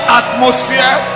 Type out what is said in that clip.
atmosphere